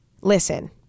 listen